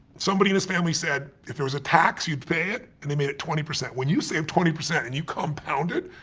somebody in his family said, if there was a tax you'd pay it, and he made it twenty. when you save twenty percent and you compound it,